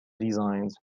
designs